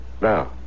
Now